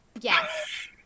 Yes